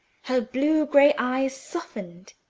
her blue-gray eyes softened,